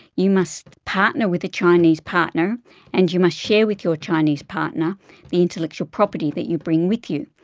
you must partner with a chinese partner and you must share with your chinese partner the intellectual property that you bring with you.